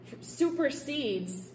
supersedes